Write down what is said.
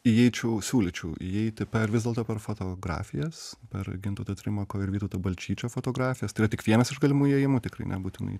įeičiau siūlyčiau įeiti per vis dėlto per fotografijas per gintauto trimako ir vytauto balčyčio fotografijas tai yra tik vienas iš galimų ėjimų tikrai nebūtinai